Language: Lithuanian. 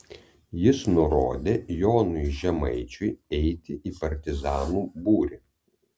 jis nurodė jonui žemaičiui eiti į partizanų būrį